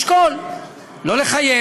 לשקול, לא לחייב.